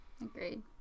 Agreed